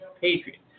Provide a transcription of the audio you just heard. patriots